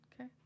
Okay